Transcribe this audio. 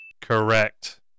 Correct